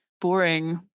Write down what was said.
boring